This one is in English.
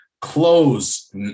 close